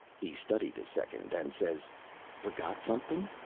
he studied a second, and says forgot something.